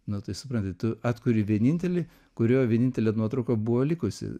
nu tai supranti tu atkuri vienintelį kurio vienintelė nuotrauka buvo likusi